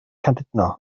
llandudno